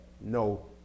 no